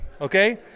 Okay